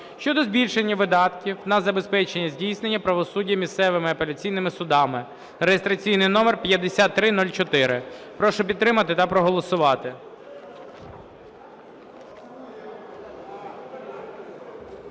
щодо збільшення видатків на забезпечення здійснення правосуддя місцевими апеляційними судами (реєстраційний номер 5304). Прошу підтримати та проголосувати.